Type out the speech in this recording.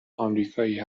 آمریکایی